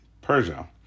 Persia